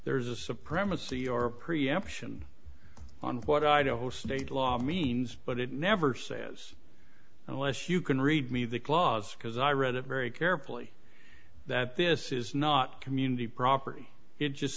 there's a supremacy or preemption on what i don't know state law means but it never says unless you can read me the clause because i read it very carefully that this is not community property it just